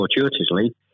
fortuitously